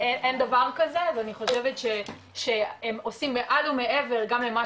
אין דבר כזה ואני חושבת שהם עושים מעל ומעבר גם למה